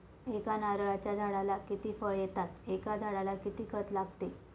एका नारळाच्या झाडाला किती फळ येतात? एका झाडाला किती खत लागते?